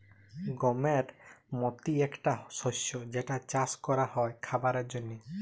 গমের মতি একটা শস্য যেটা চাস ক্যরা হ্যয় খাবারের জন্হে